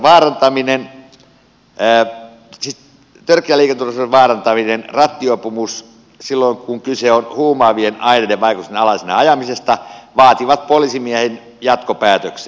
sitä vastoin törkeä liikenneturvallisuuden vaarantaminen rattijuopumus silloin kun kyse on huumaavien aineiden vaikutuksen alaisena ajamisesta vaativat poliisimiehen jatkopäätöksen